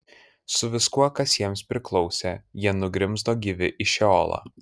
su viskuo kas jiems priklausė jie nugrimzdo gyvi į šeolą